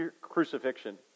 crucifixion